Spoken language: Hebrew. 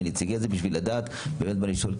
מנציגי --- בשביל באמת לדעת מה לשאול,